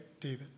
David